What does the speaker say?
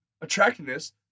attractiveness